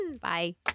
bye